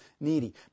needy